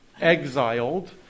exiled